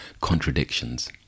contradictions